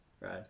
right